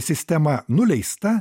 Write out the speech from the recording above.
sistema nuleista